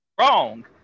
wrong